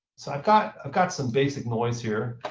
so i've got i've got some basic noise here.